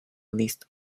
list